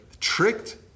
tricked